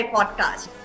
Podcast।